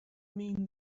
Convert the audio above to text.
mean